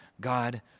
God